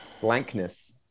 blankness